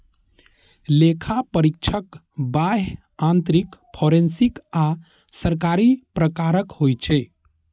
लेखा परीक्षक बाह्य, आंतरिक, फोरेंसिक आ सरकारी प्रकारक होइ छै